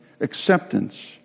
acceptance